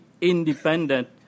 independent